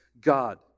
God